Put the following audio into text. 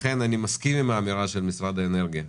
לכן אני מסכים עם האמירה של משרד האנרגיה,